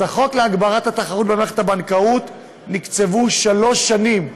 אז בחוק להגברת התחרות במערכת הבנקאות נקצבו שלוש שנים,